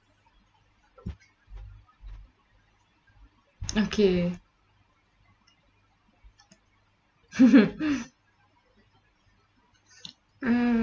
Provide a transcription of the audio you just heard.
okay mm